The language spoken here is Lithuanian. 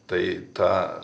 tai ta